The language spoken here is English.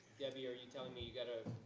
debbie are you me you gotta,